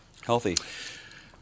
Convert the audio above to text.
Healthy